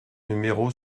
numéro